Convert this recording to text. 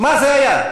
מה זה היה?